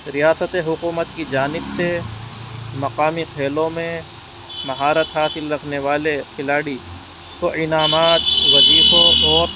ریاست حکومت کی جانب سے مقامی کھیلوں میں مہارت حاصل رکھنے والے کھلاڑی کو انعامات وظیفوں اور